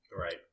Right